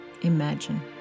Imagine